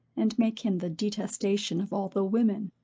and make him the detestation of all the women.